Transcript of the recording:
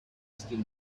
still